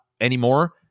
anymore